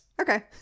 Okay